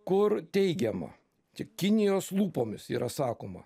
kur teigiama tik kinijos lūpomis yra sakoma